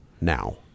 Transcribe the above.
now